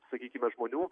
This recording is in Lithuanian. sakykime žmonių